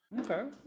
Okay